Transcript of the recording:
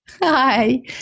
Hi